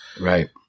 right